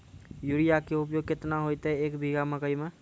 Urea के उपयोग केतना होइतै, एक बीघा मकई मे?